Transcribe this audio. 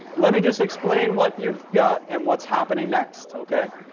let me just explain what you've got and what's happening next, ok?